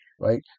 right